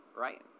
right